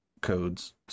codes